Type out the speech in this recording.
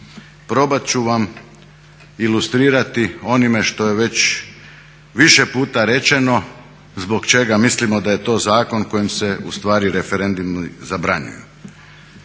Probati ću vam ilustrirati onime što je već više puta rečeno zbog čega mislimo da je to zakon kojim se ustvari referendumi zabranjuju.